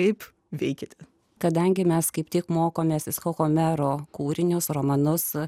kaip veikite kadangi mes kaip tik mokomės visko homero kūrinius romanus